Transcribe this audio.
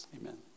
Amen